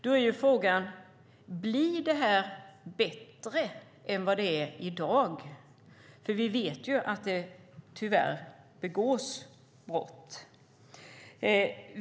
Då är frågan: Blir det här bättre än vad det är i dag? Vi vet att det tyvärr begås brott.